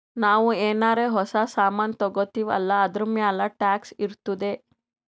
ನಾವು ಏನಾರೇ ಹೊಸ ಸಾಮಾನ್ ತಗೊತ್ತಿವ್ ಅಲ್ಲಾ ಅದೂರ್ಮ್ಯಾಲ್ ಟ್ಯಾಕ್ಸ್ ಇರ್ತುದೆ